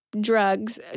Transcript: drugs